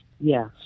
Yes